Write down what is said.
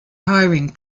hiring